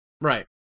Right